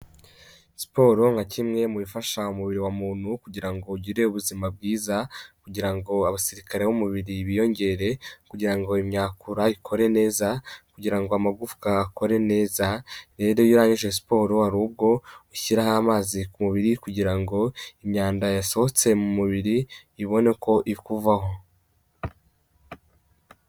Siporo nka kimwe mu bifasha umubiri wa muntu kugira ngo ugire ubuzima bwiza, kugira ngo abasirikare b'umubiri biyongere, kugira ngo imyakura ikore neza, kugira ngo amagufwa akore neza, rero iyo urangije siporo hari ubwo ushyiraho amazi ku mubiri kugira ngo imyanda yasohotse mu mubiri ibone ko ikuvaho.